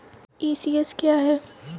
ECS क्या है?